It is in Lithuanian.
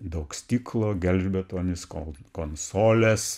daug stiklo gelžbetonis ko konsolės